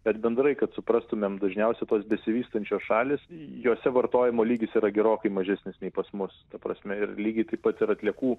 bet bendrai kad suprastumėm dažniausia tos besivystančios šalys jose vartojimo lygis yra gerokai mažesnis nei pas mus ta prasme ir lygiai taip pat ir atliekų